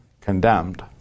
condemned